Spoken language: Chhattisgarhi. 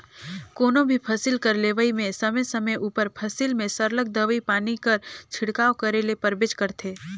कोनो भी फसिल कर लेवई में समे समे उपर फसिल में सरलग दवई पानी कर छिड़काव करे ले परबेच करथे